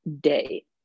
day